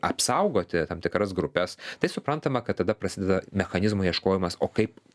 apsaugoti tam tikras grupes tai suprantama kad tada prasideda mechanizmų ieškojimas o kaip